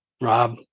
Rob